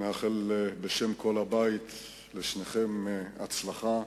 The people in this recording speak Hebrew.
נאחל בשם כל הבית לשניכם הצלחה.